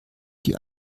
die